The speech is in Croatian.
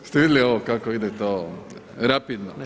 Jeste vidjeli kako ide to rapidno.